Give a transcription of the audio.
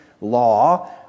law